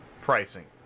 pricing